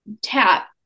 tap